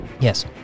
Yes